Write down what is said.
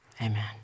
Amen